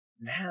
Now